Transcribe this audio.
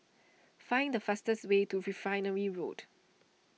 find the fastest way to Refinery Road